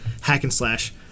hack-and-slash